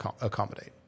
accommodate